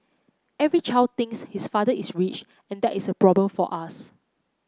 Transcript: every child thinks his father is rich and that is a problem for us